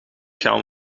gaan